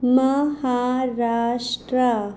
Maharashtra